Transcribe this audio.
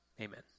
amen